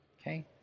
Okay